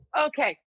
Okay